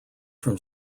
from